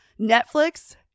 Netflix